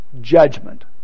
judgment